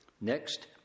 Next